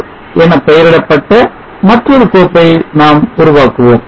cir என பெயரிடப்பட்ட மற்றொரு கோப்பை நாம் உருவாக்குவோம்